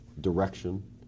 direction